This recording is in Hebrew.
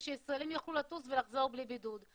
ושישראלים יוכלו לטוס ולהיכנס בלי בידוד.